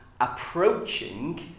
approaching